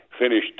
finished